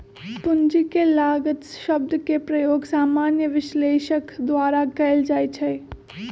पूंजी के लागत शब्द के प्रयोग सामान्य विश्लेषक द्वारा कएल जाइ छइ